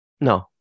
no